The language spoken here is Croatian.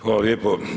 Hvala lijepo.